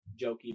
jokey